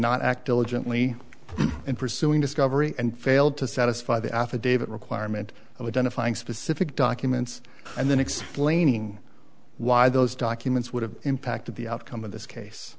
not act illegitimately in pursuing discovery and failed to satisfy the affidavit requirement of identifying specific documents and then explaining why those documents would have impacted the outcome of this case